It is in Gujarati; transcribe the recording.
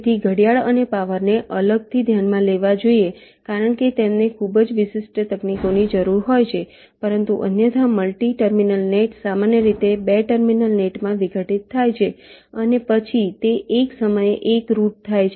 તેથી ઘડિયાળ અને પાવરને અલગથી ધ્યાનમાં લેવા જોઈએ કારણ કે તેમને ખૂબ જ વિશિષ્ટ તકનીકોની જરૂર હોય છે પરંતુ અન્યથા મલ્ટી ટર્મિનલ નેટ સામાન્ય રીતે 2 ટર્મિનલ નેટમાં વિઘટિત થાય છે અને પછી તે એક સમયે એક રૂટ થાય છે